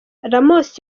ramos